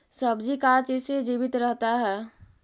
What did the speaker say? सब्जी का चीज से जीवित रहता है?